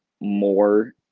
more